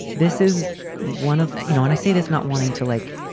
this is one of you know, when i say this, not wanting to, like,